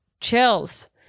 Chills